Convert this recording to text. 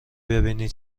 ببینی